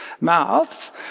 mouths